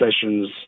Sessions